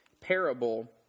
parable